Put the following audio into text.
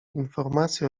informację